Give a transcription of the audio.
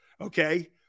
okay